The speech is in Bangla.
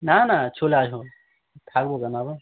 না না চলে আসবো থাকবো কেন আবার